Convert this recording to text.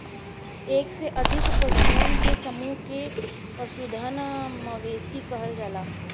एक से अधिक पशुअन के समूह के पशुधन, मवेशी कहल जाला